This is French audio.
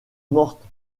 morte